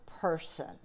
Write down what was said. person